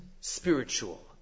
spiritual